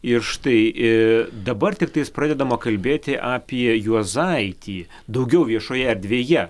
ir štai ir dabar tiktai pradedama kalbėti apie juozaitį daugiau viešoje erdvėje